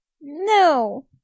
No